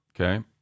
Okay